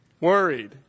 worried